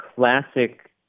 Classic